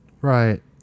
Right